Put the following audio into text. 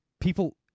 people